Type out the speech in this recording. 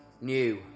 new